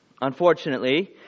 unfortunately